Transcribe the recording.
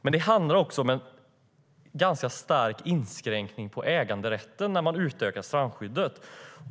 Men det handlar också om en ganska stark inskränkning av äganderätten när man utökar strandskyddet.